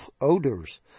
odors